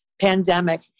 pandemic